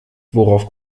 worauf